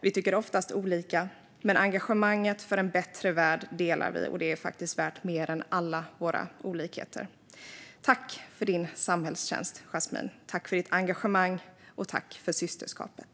Vi tycker oftast olika, men engagemanget för en bättre värld delar vi, och det är faktiskt värt mer än alla våra olikheter. Tack för din samhällstjänst, Yasmine! Tack för ditt engagemang, och tack för systerskapet!